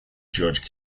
judge